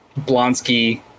Blonsky